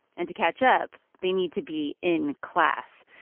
and to catch up, they need to be in class.